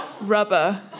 rubber